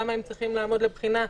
למה הם צריכים לעמוד לבחינה.